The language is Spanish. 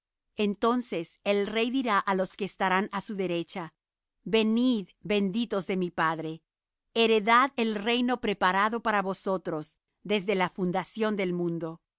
entonces el rey dirá á los que estarán á su derecha venid benditos de mi padre heredad el reino preparado para vosotros desde la fundación del mundo